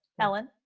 Ellen